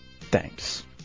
Thanks